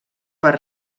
per